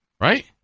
right